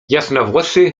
jasnowłosy